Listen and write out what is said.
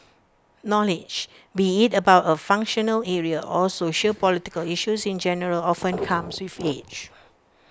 knowledge be IT about A functional area or sociopolitical issues in general often comes with age